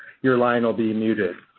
your line will be muted.